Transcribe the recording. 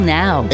now